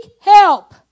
help